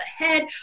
ahead